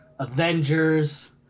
Avengers